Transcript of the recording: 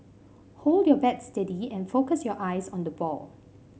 hold your bat steady and focus your eyes on the ball